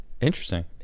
Interesting